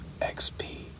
XP